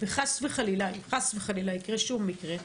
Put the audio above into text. אם חס וחלילה יקרה שוב מקרה,